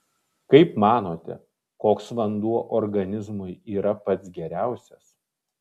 kaip manote koks vanduo organizmui yra pats geriausias